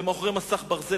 ומאחורי מסך ברזל,